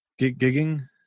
gigging